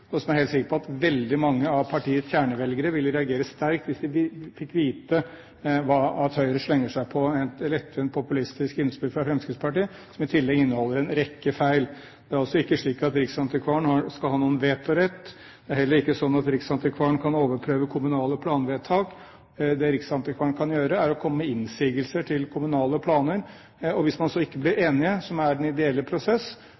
Jeg er helt sikker på at veldig mange av partiets kjernevelgere ville reagere sterkt hvis de fikk vite at Høyre slenger seg på et lettvint populistisk innspill fra Fremskrittspartiet, som i tillegg inneholder en rekke feil. Det er altså ikke slik at riksantikvaren skal ha noen vetorett. Det er heller ikke slik at riksantikvaren kan overprøve kommunale planvedtak. Det riksantikvaren kan gjøre, er å komme med innsigelser til kommunale planer. Og hvis man så ikke blir enige, som er den ideelle prosess,